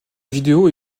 vidéo